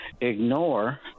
ignore